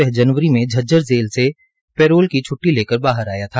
वह जनवरी मे झज्जर जेल से पैरोल की छ्ट्टी लेकर बाहर आया था